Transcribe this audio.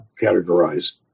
categorize